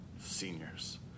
seniors